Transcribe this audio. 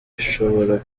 ishobora